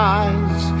eyes